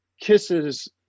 kisses